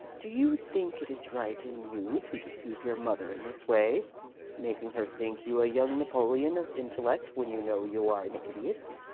do you think it is right in you to deceive your mother in this way making her think you a young napoleon of intellect when you know you are an idiot?